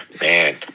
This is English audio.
man